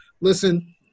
listen